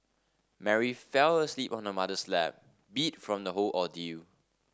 Mary fell asleep on her mother's lap beat from the whole ordeal